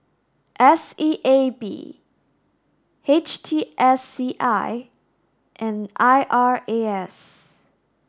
S E A B H T S C I and I R A S